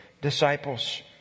disciples